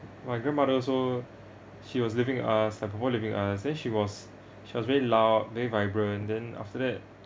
my grandmother also she was living with us and prefer living with us then she was she was very loud very vibrant then after that